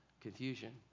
confusion